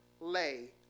lay